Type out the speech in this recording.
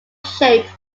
shape